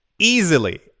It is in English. Easily